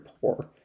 poor